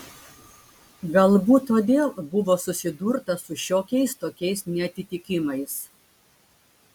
galbūt todėl buvo susidurta su šiokiais tokiais neatitikimais